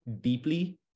deeply